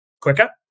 quicker